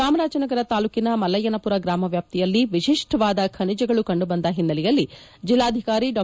ಚಾಮರಾಜನಗರ ತಾಲೂಕಿನ ಮಲ್ಲಯ್ಯನಪುರ ಗ್ರಾಮವ್ಯಾಪ್ತಿಯಲ್ಲಿ ವಿಶಿಷ್ಟವಾದ ಖನಿಜಗಳು ಕಂಡುಬಂದ ಹಿನ್ನೆಲೆಯಲ್ಲಿ ಜಿಲ್ಲಾಧಿಕಾರಿ ಡಾ